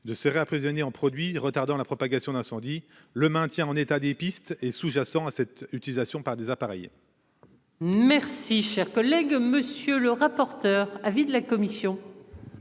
de se réapprovisionner en produit retardant la propagation de l'incendie. Le maintien en état des pistes et sous-jacent à cette utilisation par des appareils. Merci, chers collègues, monsieur le rapporteur. Avis de la commission.